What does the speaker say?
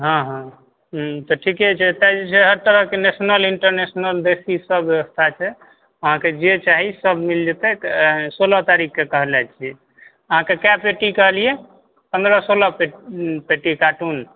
हँ हँ हूँ तऽ ठीके छै एतए जे छै हर तरह के नेशनल ईण्टरनेशनल देशी सब व्यवस्था छै अहाँके जे चाही सब मिल जेतै सोलह तारिक के कहले छी अहाँके कए पेटी कहलियै पन्द्रह सोलह पेटी काटून